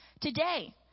today